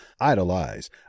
Idolize